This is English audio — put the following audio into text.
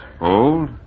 Old